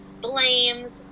blames